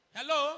Hello